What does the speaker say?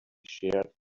sheared